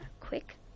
quick